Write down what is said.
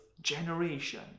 generation